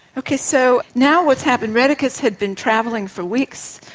okay, so now what's happened, rheticus has been travelling for weeks,